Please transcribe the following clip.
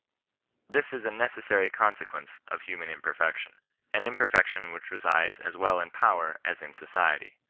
this is a necessary consequence of human imperfection an imperfection which resides as well in power as in society.